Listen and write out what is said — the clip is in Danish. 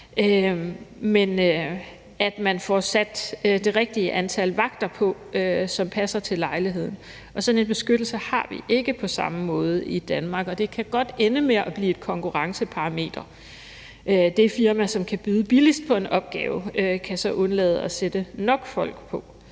men at man får sat det rigtige antal vagter på, som passer til lejligheden. Sådan en beskyttelse har vi ikke på samme måde i Danmark. Det kan godt ende med at blive et konkurrenceparameter. Det firma, som kan byde billigst på en opgave, kan så undlade at sætte nok folk på.